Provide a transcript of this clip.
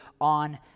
on